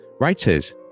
Writers